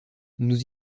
nous